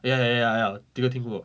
ya ya ya ya 这个听过